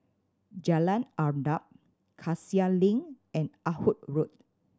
Jalan Arnap Cassia Link and Ah Hood Road